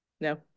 No